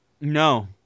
No